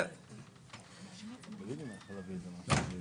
או סעיף 3א1(א)(6)(ב)